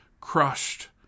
crushed